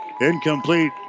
Incomplete